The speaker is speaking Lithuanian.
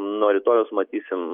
nuo rytojaus matysim